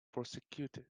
prosecuted